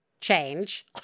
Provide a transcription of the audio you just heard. change